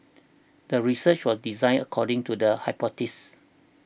the research was designed according to the hypothesis